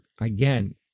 again